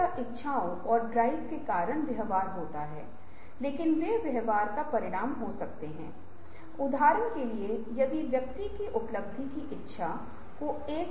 आज कितने संगठन हैं लेकिन वे रचनात्मकता और नवीनीकरण के लिए खुले नहीं हैं और परिवर्तन के लिए तैयार है